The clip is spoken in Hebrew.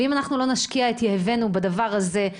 ואם אנחנו לא נשקיע בדבר הזה לא יהיה.